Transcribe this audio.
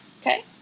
Okay